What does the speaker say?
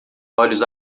olhos